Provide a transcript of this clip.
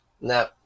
No